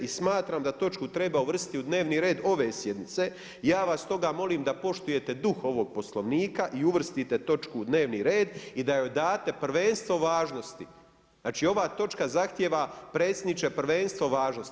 I smatram da točku treba uvrstiti u dnevni red ove sjednice, ja vas stoga molim da poštujete duh ovog poslovnika i uvrstite točku u dnevni red i da joj date prvenstvo važnosti znači ova točka zahtjeva predsjedniče prvenstvo važnosti.